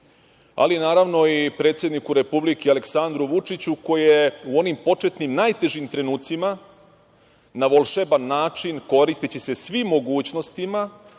ali naravno i predsedniku republike Aleksandru Vučiću koji je u onim početnim, najtežim trenucima na volšeban način, koristeći se svim mogućnostima